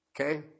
Okay